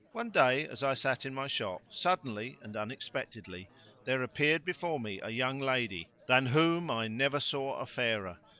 one day, as i sat in my shop, suddenly and unexpectedly there appeared before me a young lady, than whom i never saw a fairer,